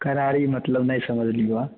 करारी मतलब नहि समझलिऔ